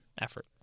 effort